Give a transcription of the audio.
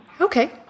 Okay